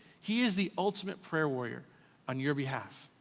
he is the ultimate prayer warrior on your behalf.